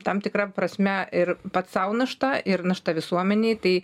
tam tikra prasme ir pats sau našta ir našta visuomenei tai